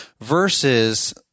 versus